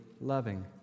loving